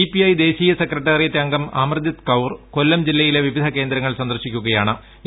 CPI ദേശീയ secretariat അംഗം അമർജിത് കൌർ കൊല്ലം ജില്ലയിലെ വിവിധ കേന്ദ്രങ്ങൾ സന്ദർശിക്കുകയാണ്്